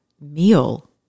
meal